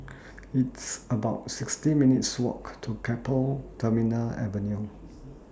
It's about sixty minutes' Walk to Keppel Terminal Avenue